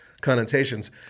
connotations